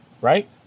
Right